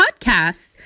podcast